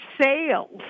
sales